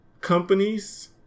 companies